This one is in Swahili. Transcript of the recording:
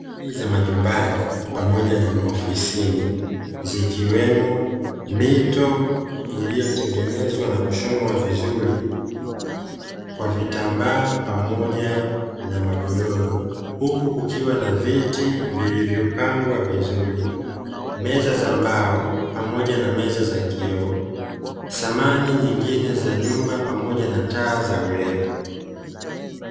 Samani za majumbani pamoja na maofisini, zikiwemo mito iliyotengenezwa na kushonwa vizuri kwa vitambaa pamoja na magodoro, huku kukiwa na viti vilivyopangwa vizuri, meza za mbao pamoja na meza za kioo, samani nyingine za nyumba pamoja na taa za urembo.